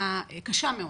תחלופה קשה מאוד.